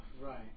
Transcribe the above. Right